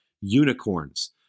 unicorns